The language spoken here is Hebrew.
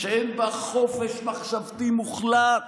שאין בה חופש מחשבתי מוחלט?